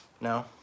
No